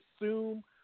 assume